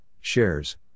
shares